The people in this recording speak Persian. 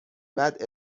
بعد